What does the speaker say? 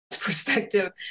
perspective